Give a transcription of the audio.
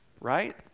right